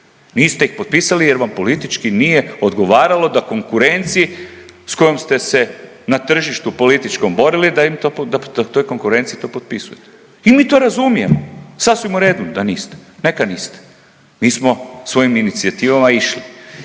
Niste ih potpisali jer vam politički nije odgovaralo da konkurenciji s kojom ste se na tržištu političkom borili, da toj konkurenciji to potpisujete i mi to razumijemo, sasvim u redu da niste. Neka niste. Mi smo svojim inicijativama išli.